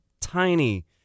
tiny